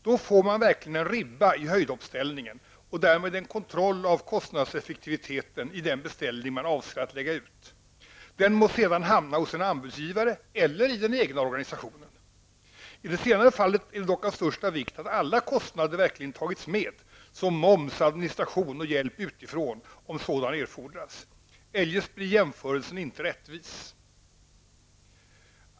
Då får man verkligen en ''ribba'' i höjdhoppsställningen, och därmed en kontroll av kostnadseffektiviteten i den beställning man avser att lägga ut -- den må sedan hamna hos en anbudsgivare eller i den egna organisationen. I det senare fallet är det dock av största vikt att alla kostnader verkligen tagits med, såsom moms, administration och hjälp utifrån, om sådan erfordras. Eljest blir jämförelsen inte rättvis.